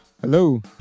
Hello